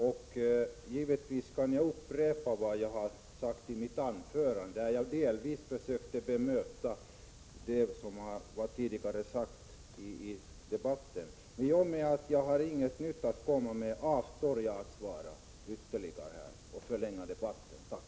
Jag kan naturligtvis upprepa vad jag sade i mitt huvudanförande, där jag delvis försökte bemöta vad som tidigare sagts i debatten, men eftersom jag inte har något nytt att komma med avstår jag från att förlänga debatten ytterligare.